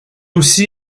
aussi